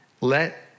let